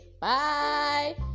Bye